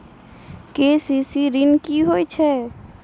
KCC ॠन की होय छै?